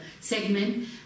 segment